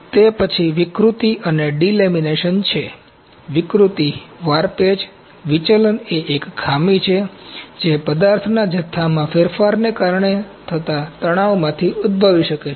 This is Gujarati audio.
તે પછી વિકૃતિ અને ડિલેમિનેશન છે વિકૃતિ વારપેજ વિચલન એ એક ખામી છે જે પદાર્થના જથ્થામાં ફેરફારને કારણે થતા તણાવમાંથી ઉદ્દભવી શકે છે